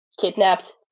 kidnapped